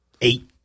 eight